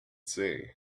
see